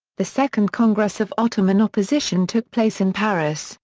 the second congress of ottoman opposition took place in paris,